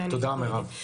תודה מירב.